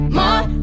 more